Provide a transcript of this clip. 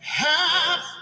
half